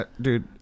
Dude